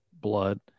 blood